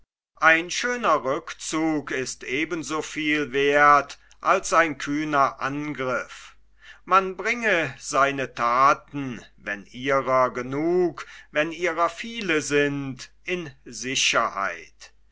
ein schöner rückzug ist eben so viel werth als ein kühner angriff man bringe seine thaten wann ihrer genug wann ihrer viele sind in sicherheit